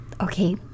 Okay